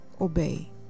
obey